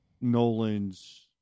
Nolan's